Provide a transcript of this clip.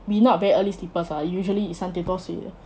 we not very early sleepers ah usually is 三点多睡的